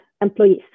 employees